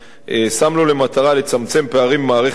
שם לו למטרה לצמצם פערים במערכת הבריאות,